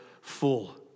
full